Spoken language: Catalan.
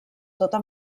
tota